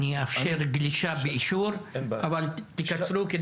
אני אאפשר גלישה באישור אבל תקצרו.